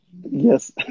Yes